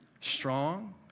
strong